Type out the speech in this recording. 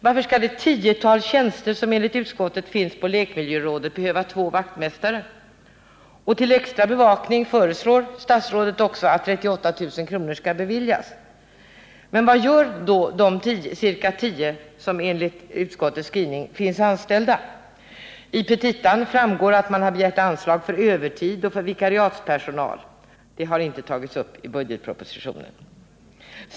Varför skall det tiotal tjänster som enligt utskottet finns på lekmiljörådet behöva två vaktmästare? Till extra bevakning föreslår statsrådet också att 38 000 kr. skall beviljas. Men vad gör då de ca tio personer som enligt utskottets skrivning finns anställda där? Av petitan framgår att medel har begärts för övertid och vikariatspersonal, men detta har inte tagits upp i budgetpropositionen.